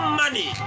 money